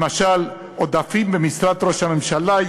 למשל, עודפים במשרד ראש הממשלה.